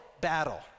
battle